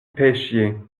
pêchiez